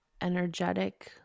energetic